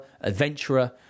adventurer